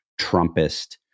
Trumpist